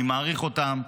אני מעריך אותם,